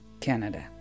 Canada